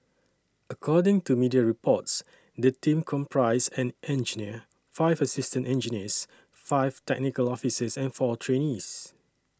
according to media reports the team comprised an engineer five assistant engineers five technical officers and four trainees